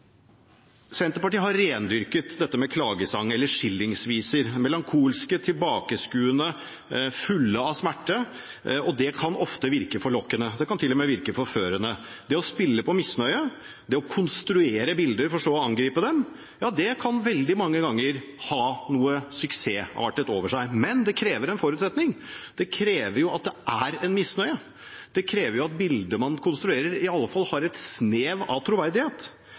Senterpartiet har rendyrket dette med klagesang, eller skillingsviser – melankolske, tilbakeskuende, fulle av smerte. Det kan ofte virke forlokkende. Det kan til og med virke forførende. Det å spille på misnøye, det å konstruere bilder for så å angripe dem, kan veldig mange ganger ha noe suksessartet over seg. Men det krever en forutsetning. Det krever at det er en misnøye. Det krever at bildet man konstruerer, i alle fall har et snev av troverdighet.